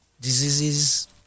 diseases